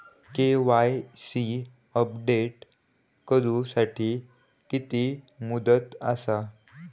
KYC update करू साठी किती मुदत आसा?